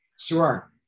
sure